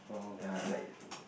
err like